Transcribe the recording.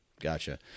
Gotcha